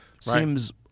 seems